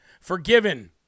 forgiven